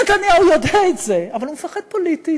נתניהו יודע את זה, אבל הוא מפחד פוליטית.